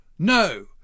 No